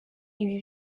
ibi